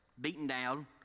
beaten-down